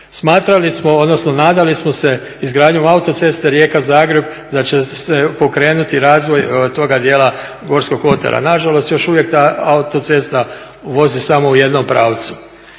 Smatrali smo, odnosno nadali smo se izgradnjom autoceste Rijeka – Zagreb da će se pokrenuti razvoj toga dijela Gorskog kotara. Na žalost još uvijek ta autocesta vozi samo u jednom pravcu.